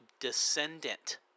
descendant